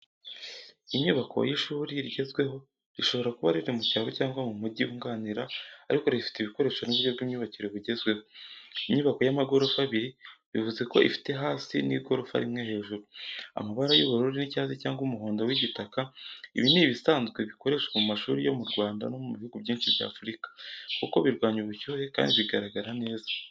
Inyubako y’ishuri rigezweho rishobora kuba riri mu cyaro cyangwa mu mujyi wunganira ariko rifite ibikoresho n’uburyo bw’imyubakire bugezweho. Inyubako y'amagorofa abiri bivuze ko ifite hasi n’igorofa rimwe hejuru. Amabara y’ubururu n’icyatsi cyangwa umuhondo w’igitaka ibi ni ibisanzwe bikoreshwa ku mashuri yo mu Rwanda no mu bihugu byinshi bya Afurika, kuko birwanya ubushyuhe kandi biragaragara neza.